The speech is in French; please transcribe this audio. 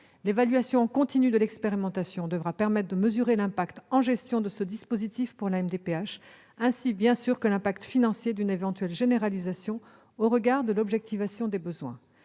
L'évaluation en continu de l'expérimentation devra permettre de mesurer l'incidence en termes de gestion de ce dispositif pour les MDPH, ainsi que l'impact financier d'une éventuelle généralisation, au regard de l'objectivation des besoins.